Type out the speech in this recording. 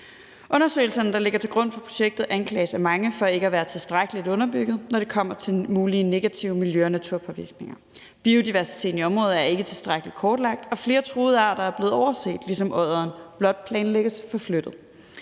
Undersøgelserne, der ligger til grund for projektet, anklages af mange for ikke at være tilstrækkelig underbygget, når det kommer til mulige negative miljø- og naturpåvirkninger. Biodiversiteten i området er ikke tilstrækkelig kortlagt, og flere truede arter er blevet overset, ligesom odderen blot planlægges forflyttet.